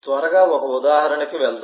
త్వరగా ఒక ఉదాహరణకి వెళ్దాం